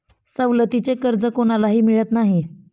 सवलतीचे कर्ज कोणालाही मिळत नाही